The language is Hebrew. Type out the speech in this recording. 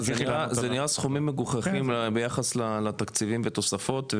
זה נראה סכומים מגוחכים ביחס לתקציבים ותוספות,